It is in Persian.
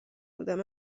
بودم